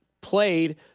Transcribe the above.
played